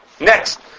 next